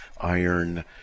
iron